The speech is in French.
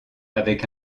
avec